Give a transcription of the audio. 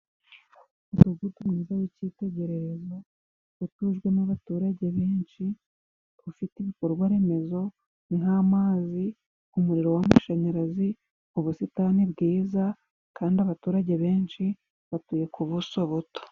Umudugudu mwiza w'icyitegererezo, utujwemo abaturage benshi bafite ibikorwa remezo: Nk'amazi, umuriro w'amashanyarazi, ubusitani bwiza, kandi abaturage benshi batuye ku buso buto.